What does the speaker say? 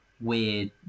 weird